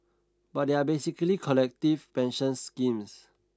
but they are basically collective pension schemes